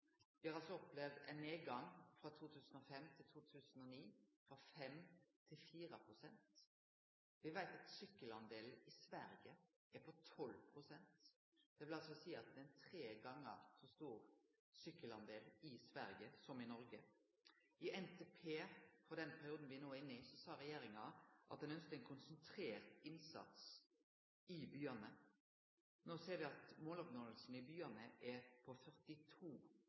Det vil altså seie at det er tre gonger så stor sykkeldel i Sverige som i Noreg. I NTP for den perioden me no er inne i, sa regjeringa at ein ønskte ein konsentrert innsats i byane. No ser me at måloppnåinga i byane er på berre 42